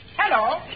Hello